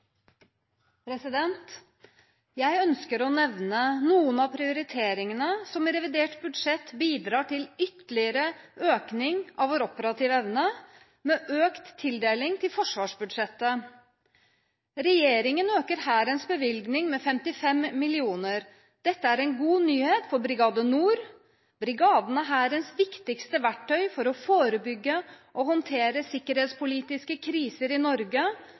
Jeg ønsker å nevne noen av prioriteringene som revidert budsjett bidrar til, bl.a. ytterligere økning av vår operative evne, med økt tildeling til forsvarsbudsjettet. Regjeringen øker Hærens bevilgning med 55 mill. kr. Dette er en god nyhet for Brigade Nord. Brigadene er Hærens viktigste verktøy for å forebygge og håndtere sikkerhetspolitiske kriser i Norge og for å bidra til forsvar av Norge